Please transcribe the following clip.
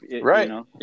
Right